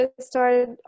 started